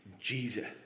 Jesus